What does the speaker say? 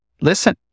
listen